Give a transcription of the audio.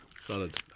Solid